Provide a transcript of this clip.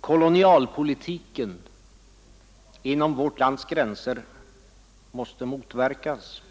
Kolonialpolitiken inom vårt lands gränser måste motverkas,